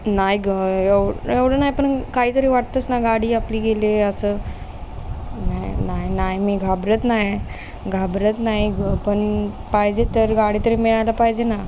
नाही गं एवड एवढं नाही पण काहीतरी वाटतंच ना गाडी आपली गेली असं नाही नाही नाही मी घाबरत नाही घाबरत नाही ग पण पाहिजे तर गाडी तरी मिळायला पाहिजे ना